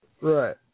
Right